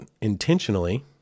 intentionally